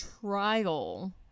trial